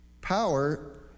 power